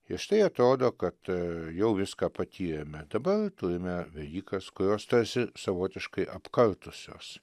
ir štai atrodo kad jau viską patyrėme dabar turime velykas kurios tarsi savotiškai apkartusios